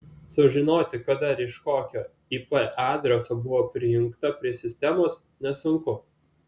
sužinoti kada ir iš kokio ip adreso buvo prisijungta prie sistemos nesunku